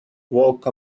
walk